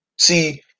See